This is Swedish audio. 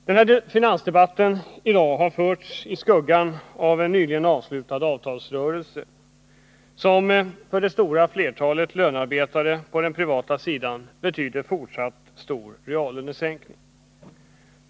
Dagens finansdebatt har förts i skuggan av en nyligen avslutad avtalsrörelse som för det stora flertalet lönarbetare på den privata sidan betyder fortsatt stor reallönesänkning.